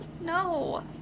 No